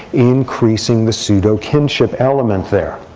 increasing the pseudo kinship element there.